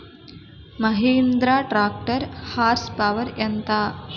Mahindra tractor horse power ఎంత?